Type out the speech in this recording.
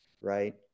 right